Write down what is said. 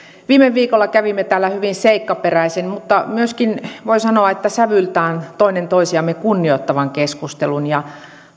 viime viikolla kävimme täällä hyvin seikkaperäisen mutta myöskin voi sanoa sävyltään toinen toistamme kunnioittavan keskustelun ja